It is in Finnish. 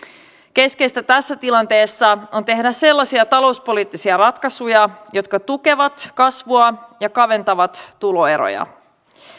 keskeistä tässä tilanteessa on tehdä sellaisia talouspoliittisia ratkaisuja jotka tukevat kasvua ja kaventavat tuloeroja